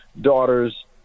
daughters